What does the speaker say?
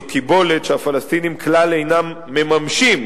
זו קיבולת שהפלסטינים כלל אינם מממשים.